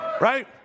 Right